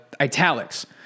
italics